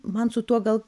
man su tuo gal